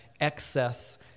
excess